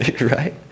right